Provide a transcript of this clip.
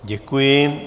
Děkuji.